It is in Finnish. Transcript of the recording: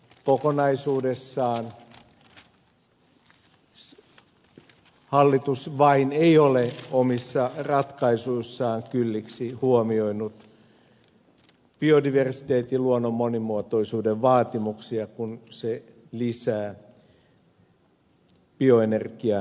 kokonaisuudessaan hallitus vain ei ole omissa ratkaisuissaan kylliksi huomioinut biodiversiteetin luonnon monimuotoisuuden vaatimuksia kun se lisää bioenergian käyttöä